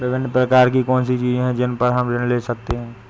विभिन्न प्रकार की कौन सी चीजें हैं जिन पर हम ऋण ले सकते हैं?